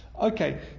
Okay